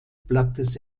blattes